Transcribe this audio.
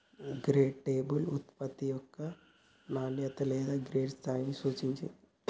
grade label ఉత్పత్తి యొక్క నాణ్యత లేదా గ్రేడ్ స్థాయిని సూచిత్తాంది